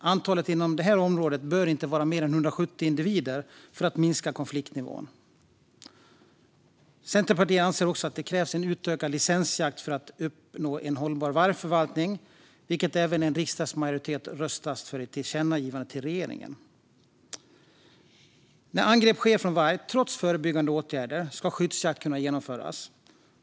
Antalet inom detta område bör inte vara mer än 170 individer för att minska konfliktnivån. Centerpartiet anser också att det krävs utökad licensjakt för att uppnå en hållbar vargförvaltning. En riksdagsmajoritet har även röstat för ett tillkännagivande till regeringen när det gäller det. När angrepp från varg sker, trots förebyggande åtgärder, ska skyddsjakt kunna genomföras.